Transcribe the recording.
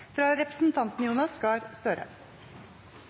fra representanten Jonas Gahr Støre.